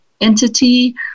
entity